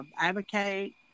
advocate